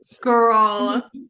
girl